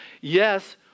Yes